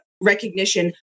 recognition